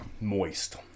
Moist